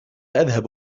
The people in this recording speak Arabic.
أذهب